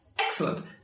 excellent